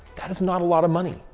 that is not a lot of money.